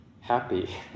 happy